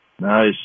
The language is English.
Nice